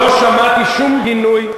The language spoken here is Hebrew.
שמעתי שום גינוי.